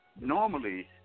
normally